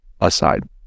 Aside